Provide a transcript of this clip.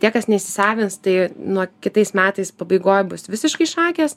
tie kas neįsisavins tai nuo kitais metais pabaigoj bus visiškai šakės